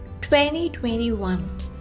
2021